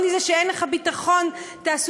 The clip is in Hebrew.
עוני זה כשאין לך ביטחון תעסוקתי,